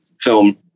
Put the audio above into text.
film